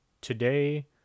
today